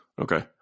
Okay